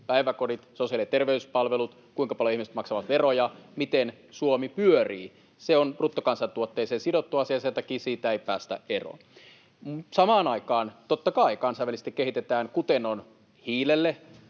päiväkodit, sosiaali- ja terveyspalvelut, kuinka paljon ihmiset maksavat veroja — miten Suomi pyörii. Se on bruttokansantuotteeseen sidottu asia, ja sen takia siitä ei päästä eroon. Samaan aikaan, totta kai, kansainvälisesti kehitetään mittakaavoja, kuten on hiilelle